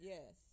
Yes